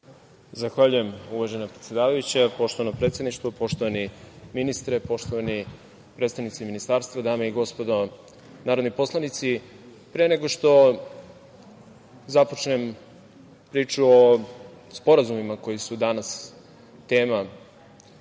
Zahvaljujem, uvažena predsedavajuća. Poštovano predsedništvo, poštovani ministre, poštovani predstavnici ministarstva, dame i gospodo narodni poslanici, pre nego započnem priču o sporazumima koji su danas tema